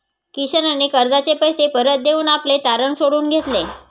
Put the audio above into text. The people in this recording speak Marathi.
किशनने कर्जाचे पैसे परत देऊन आपले तारण सोडवून घेतले